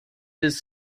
his